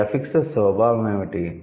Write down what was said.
ఈ 'అఫిక్సెస్' స్వభావం ఏమిటి